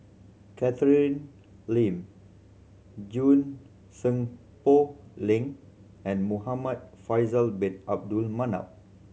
Catherine Lim Junie Sng Poh Leng and Muhamad Faisal Bin Abdul Manap